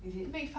is it